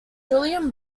julian